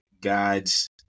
God's